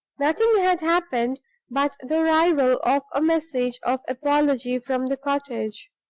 nothing had happened but the arrival of a message of apology from the cottage.